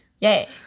Yay